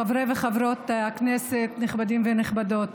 חברי וחברות הכנסת נכבדים ונכבדות,